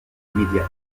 immédiate